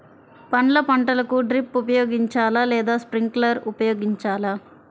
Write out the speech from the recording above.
పండ్ల పంటలకు డ్రిప్ ఉపయోగించాలా లేదా స్ప్రింక్లర్ ఉపయోగించాలా?